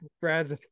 Brad's